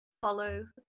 follow